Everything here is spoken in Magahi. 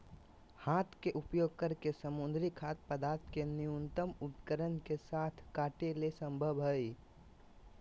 हाथ के उपयोग करके समुद्री खाद्य पदार्थ के न्यूनतम उपकरण के साथ काटे ले संभव हइ